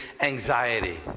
anxiety